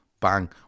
Bang